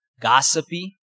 gossipy